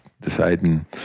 deciding